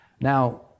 Now